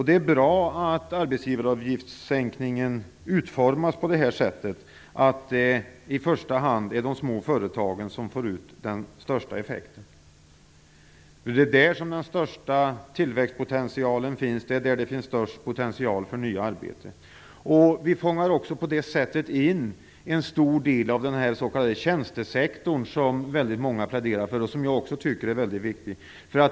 Det är bra att sänkningen av arbetsgivaravgifterna utformas så att det i första hand är de små företagen som får ut den största effekten. Det är där den största tillväxtpotentialen och den största potentialen för nya arbeten finns. På det sättet fångar vi också in en stor del av den s.k. tjänstesektorn som väldigt många pläderar för, vilken jag också tycker är väldigt viktig.